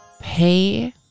pay